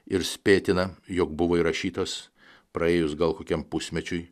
ir spėtina jog buvo įrašytas praėjus gal kokiam pusmečiui